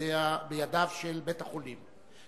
בידיו של בית-החולים,